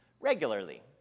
regularly